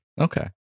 Okay